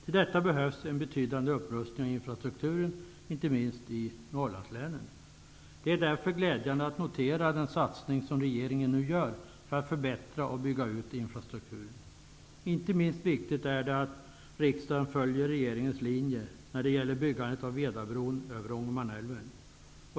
För detta behövs det en betydande upprustning av infrastrukturen, inte minst i Norrlandslänen. Det är därför glädjande att notera den satsning som regeringen nu gör för att förbättra och bygga ut infrastrukturen. Inte minst viktigt är det att riksdagen följer regeringens linje när det gäller byggandet av Vedabron över Ångermanälven.